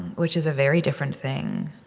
which is a very different thing.